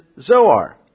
Zoar